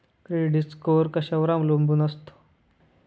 Credit score कशावर अवलंबून असतो?